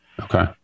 Okay